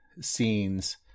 scenes